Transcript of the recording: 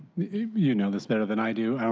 you know this better than i do,